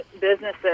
businesses